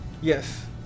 Yes